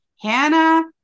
Hannah